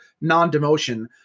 non-demotion